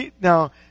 Now